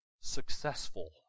successful